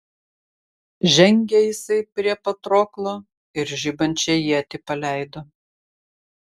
žengė jisai prie patroklo ir žibančią ietį paleido